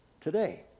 today